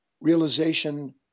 realization